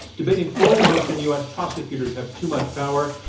debating for the motion, u. s. prosecutors have too much power,